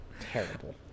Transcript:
Terrible